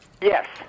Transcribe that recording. Yes